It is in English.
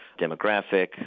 demographic